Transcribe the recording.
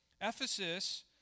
Ephesus